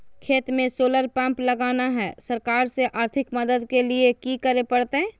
खेत में solar pump लगाना है, सरकार से आर्थिक मदद के लिए की करे परतय?